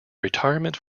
retirement